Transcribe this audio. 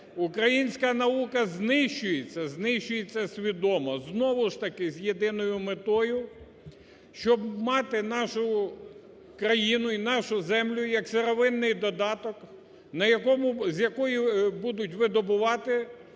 українська наука знищується, знищується свідомо знову ж таки з єдиною метою, щоб мати нашу країну і нашу землю як сировинний додаток, з якої будуть видобувати